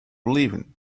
leaving